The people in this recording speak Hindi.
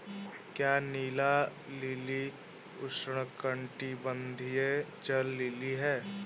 क्या नीला लिली उष्णकटिबंधीय जल लिली है?